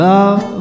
Love